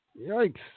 Yikes